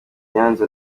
nyanza